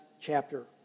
chapter